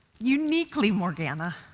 uniquely morgana,